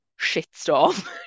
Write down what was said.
shitstorm